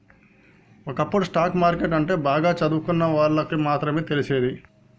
ఒకప్పుడు stock market అంటే బాగా చదువుకున్నోళ్ళకి మాత్రమే తెలిసేది